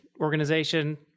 organization